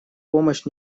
помощь